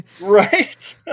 Right